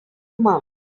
mum